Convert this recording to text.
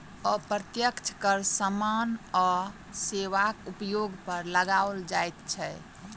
अप्रत्यक्ष कर सामान आ सेवाक उपयोग पर लगाओल जाइत छै